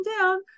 down